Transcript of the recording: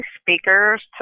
speakers